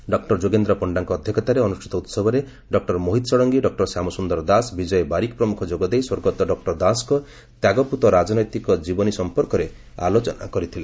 ଡଃ ଯୋଗେନ୍ଦ୍ର ପଶ୍ଢାଙ୍କ ଅଧ୍ଧକ୍ଷତାରେ ଅନୁଷିତ ଉହବରେ ଡଃ ମୋହିତ ଷଡ଼ଙ୍ଗୀ ଡଃ ଶ୍ୟାମସୁଦର ଦାସ ବିଜୟ ବାରିକ ପ୍ରମୁଖ ଯୋଗ ଦେଇ ସ୍ୱର୍ଗତଃ ଡକୁର ଦାଶଙ୍କ ତ୍ୟାଗପ୍ପତ ରାଜନୈତିକ ଜୀବନୀ ସଂପର୍କରେ ଆଲୋଚନା କରିଥିଲେ